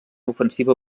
ofensiva